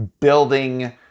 building